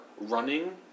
running